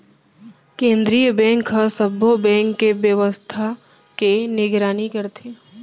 केंद्रीय बेंक ह सब्बो बेंक के बेवस्था के निगरानी करथे